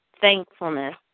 thankfulness